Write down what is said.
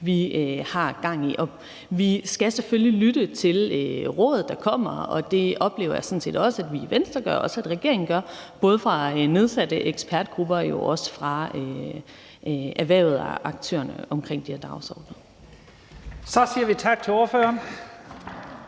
vi har gang i. Vi skal selvfølgelig lytte til råd, der kommer, og det oplever jeg sådan set også at vi gør i Venstre og at regeringen gør, både fra nedsatte ekspertgrupper og jo også fra erhvervet og aktørerne omkring de her dagsordener. Kl. 11:46 Første næstformand